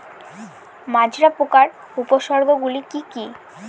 মাজরা পোকার উপসর্গগুলি কি কি?